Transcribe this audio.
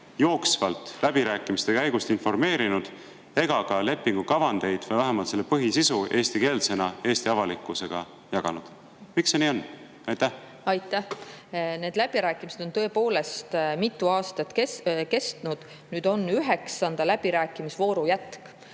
jooksvalt läbirääkimiste käigust informeerinud ega ka lepingu kavandeid või vähemalt selle põhisisu eestikeelsena Eesti avalikkusega jaganud? Miks see nii on? Need läbirääkimised on tõepoolest mitu aastat kestnud. Nüüd on üheksanda läbirääkimisvooru jätk.